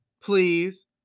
Please